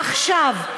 עכשיו,